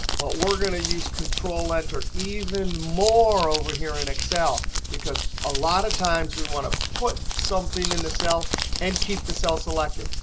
but we're going to use control enter even more over here in excel because a lot of times we want to put something in the cell and keep the cell selected.